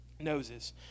noses